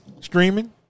streaming